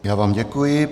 Já vám děkuji.